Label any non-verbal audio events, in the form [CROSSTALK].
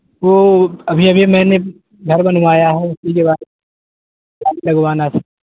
وہ ابھی ابھی میں نے گھر بنوایا ہوں [UNINTELLIGIBLE] لگوانا تھا